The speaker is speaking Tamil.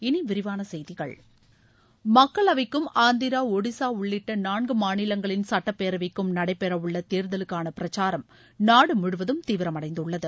இனிவிரிவான செய்திகள் மக்களவைக்கும் ஆந்திரா ஒடிசா உள்ளிட்ட நான்கு மாநிலங்களின் சட்டப்பேரவைக்கும் நடைபெறவுள்ள தேர்தலுக்கான பிரச்சாரம் நாடு முழுவதும் தீவிரமடைந்துள்ளது